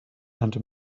under